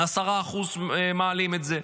ב-10% מעלים את זה.